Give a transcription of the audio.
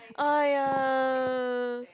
er ya